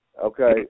Okay